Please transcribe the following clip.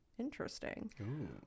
interesting